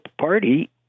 Party